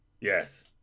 Yes